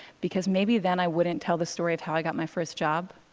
because maybe then i wouldn't tell the story of how i got my first job,